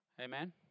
Amen